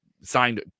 signed